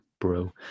bro